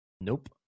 Nope